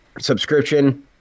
subscription